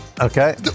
Okay